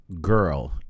girl